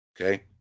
okay